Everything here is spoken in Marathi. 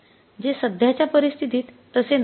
जे सध्याच्या परिस्थितीत तसे नाही